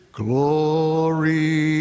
glory